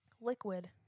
liquid